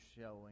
showing